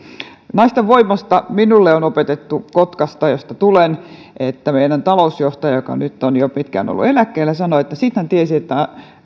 naisten voimasta minulle on opetettu kotkassa josta tulen meidän talousjohtajamme joka nyt on jo pitkään ollut eläkkeellä sanoi että siitä hän tiesi että